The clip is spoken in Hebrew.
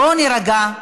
בואו נירגע.